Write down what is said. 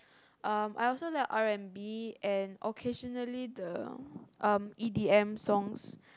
um I also like R-and-B and occasionally the um E_D_M songs